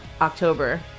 October